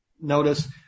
notice